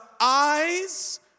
eyes